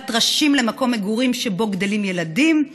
אדמת טרשים למקום מגורים שבו גדלים ילדים.